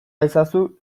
ezazu